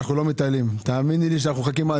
אנחנו לא מתהללים, תאמיני לי שאנחנו מחכים.